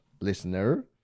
listener